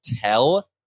tell